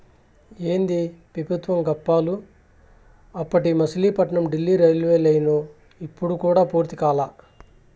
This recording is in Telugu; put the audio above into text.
ఏందీ పెబుత్వం గప్పాలు, అప్పటి మసిలీపట్నం డీల్లీ రైల్వేలైను ఇప్పుడు కూడా పూర్తి కాలా